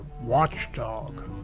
watchdog